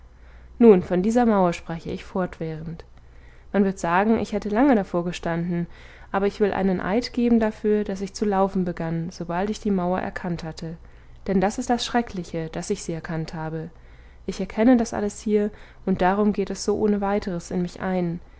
nun von dieser mauer spreche ich fortwährend man wird sagen ich hätte lange davorgestanden aber ich will einen eid geben dafür daß ich zu laufen begann sobald ich die mauer erkannt hatte denn das ist das schreckliche daß ich sie erkannt habe ich erkenne das alles hier und darum geht es so ohne weiteres in mich ein